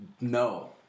No